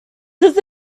does